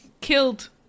killed